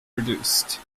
produced